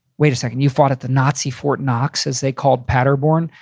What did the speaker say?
wait a second, you fought at the nazi fort knox as they called paderborn.